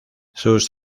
sus